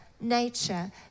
nature